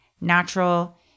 natural